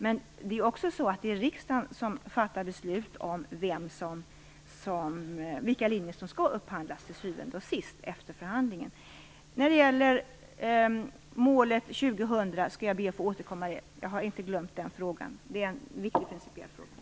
Men till syvende och sist är det riksdagen som fattar beslut om vilka linjer som skall upphandlas efter förhandlingen. Jag skall be att få återkomma till målet år 2000. Jag har inte glömt den frågan. Det är en viktig principiell fråga.